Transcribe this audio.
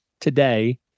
today